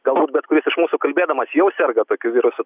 galbūt bet kuris iš mūsų kalbėdamas jau serga tokiu virusu